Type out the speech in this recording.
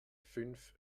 fünf